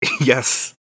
Yes